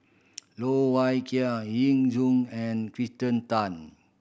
Loh Wai Kiew Yu Zhuye and Kirsten Tan